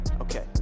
Okay